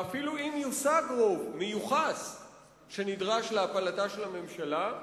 ואפילו אם יושג הרוב המיוחס שנדרש להפלתה של הממשלה,